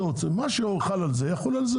מה שחל על זה, יחול על זה.